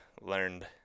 learned